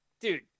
dude